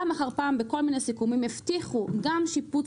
פעם אחר פעם בכל מיני סיכומים הבטיחו גם שיפוץ